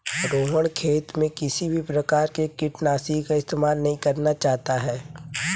रोहण खेत में किसी भी प्रकार के कीटनाशी का इस्तेमाल नहीं करना चाहता है